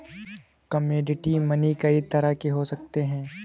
commodity money कई तरह के हो सकते हैं